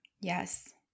Yes